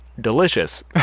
Delicious